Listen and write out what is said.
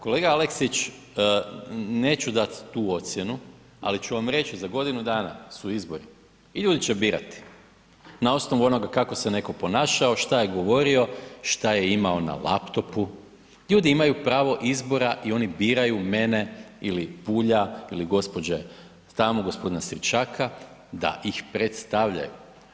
Kolega Aleksić, neću dat tu ocjenu ali ću vam reći za godinu dana su izbori i ljudi će birati na osnovu onoga kako se netko ponašao, šta je govorio, šta je imao na laptopu, ljudi imaju pravo izbora i oni biraju mene ili Bulja ili gđe. tamo, g. Stričaka da ih predstavljaju.